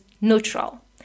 neutral